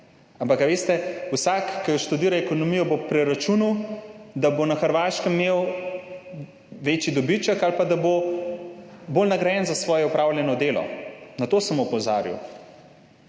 leta, ampak vsak, ki študira ekonomijo, bo preračunal, da bo na Hrvaškem imel večji dobiček ali pa da bo bolj nagrajen za opravljeno delo. Na to sem opozarjal.